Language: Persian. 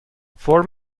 فرم